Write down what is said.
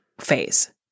phase